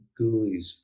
ghoulies